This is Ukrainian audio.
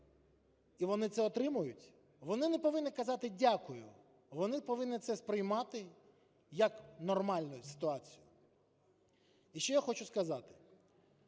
і вони це отримують, вони не повинні казати дякую, вони повинні це сприймати як нормальну ситуацію. І ще я хочу сказати,